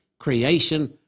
creation